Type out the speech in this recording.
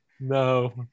no